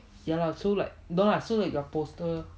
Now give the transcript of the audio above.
ya lah so like no lah so like your poster